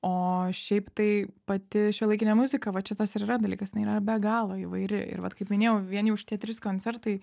o šiaip tai pati šiuolaikinė muzika va čia tas ir yra dalykas jinai yra be galo įvairi ir vat kaip minėjau vien jau šitie trys koncertai